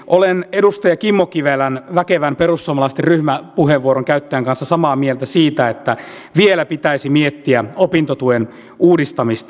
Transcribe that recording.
olen edustaja kimmo kivelän väkevän perussuomalaisten ryhmäpuheenvuoron käyttäjän kanssa samaa mieltä siitä että vielä pitäisi miettiä opintotuen uudistamista